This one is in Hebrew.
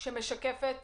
שבאמת משקפת